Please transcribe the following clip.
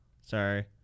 Sorry